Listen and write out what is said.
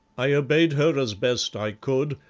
i obeyed her as best i could,